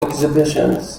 exhibitions